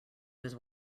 was